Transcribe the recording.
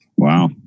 Wow